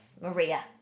Maria